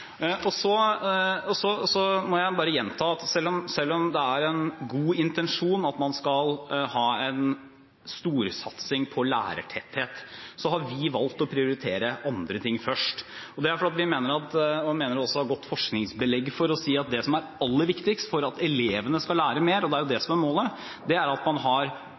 Så må jeg bare gjenta at selv om det er en god intensjon at man skal ha en storsatsing på lærertetthet, har vi valgt å prioritere andre ting først. Det er fordi vi mener å ha godt forskningsbelegg for å si at det som er aller viktigst for at elevene skal lære mer – og det er jo det som er målet – er at man har